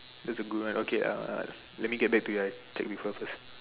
that's a good one okay uh let me get back to you I'll check with her first